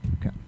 Okay